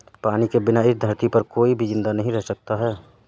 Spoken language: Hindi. पानी के बिना इस धरती पर कोई भी जिंदा नहीं रह सकता है